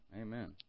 amen